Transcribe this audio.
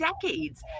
decades